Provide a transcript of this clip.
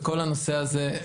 כל הנושא הזה,